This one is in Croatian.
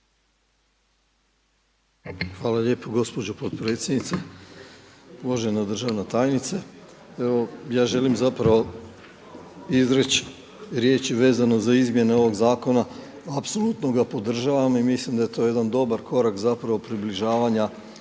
Hvala lijepo gospođo potpredsjednice. Uvažena državna tajnice. Evo ja želim zapravo izreći riječi vezano za izmjene ovoga zakona, apsolutno ga podržavam i mislim da je to jedan dobar korak približavanja